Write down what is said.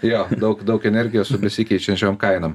jo daug daug energijos su besikeičiančiom kainom